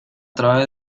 trae